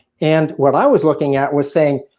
and what i was looking at was saying,